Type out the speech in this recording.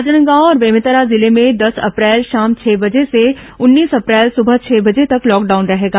राजनांदगांव और बेमेतरा जिले में दस अप्रैल शाम छह बजे से उन्नीस अप्रैल सुबह छह बजे तक लॉकडाउन रहेगा